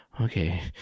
Okay